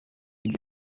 ibyo